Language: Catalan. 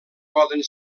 poden